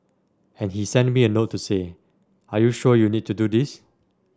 and he sent me a note to say are you sure you need to do this